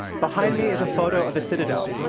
behind me is a photo of the citadel,